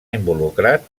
involucrat